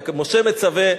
משה מצווה,